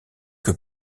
que